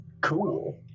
Cool